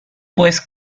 pues